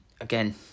again